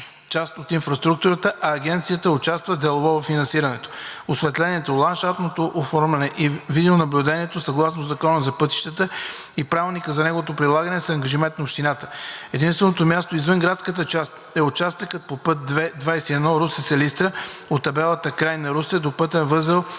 Агенцията участва дялово във финансирането. Осветлението, ландшафтното оформяне и видеонаблюдението съгласно Закона за пътищата и Правилника за неговото прилагане са ангажимент на общината. Единственото място извън градската част е участъкът по път II-21 Русе – Силистра, от табелата „Край на Русе“ до пътен възел „Индустриална